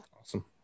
Awesome